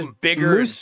bigger